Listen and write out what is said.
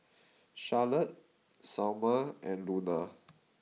Charlotte Salma and Luna